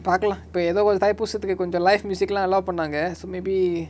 பாக்களா இப்ப ஏதோ:paakala ippa yetho was thaipoosathuku கொஞ்சோ:konjo live music lah allow பன்னாங்க:pannanga so maybe